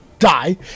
Die